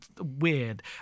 weird